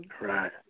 Right